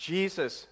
Jesus